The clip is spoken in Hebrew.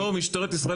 מצד שני,